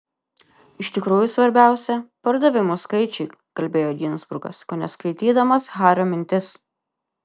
iš tikrųjų svarbiausia pardavimų skaičiai kalbėjo ginzburgas kone skaitydamas hario mintis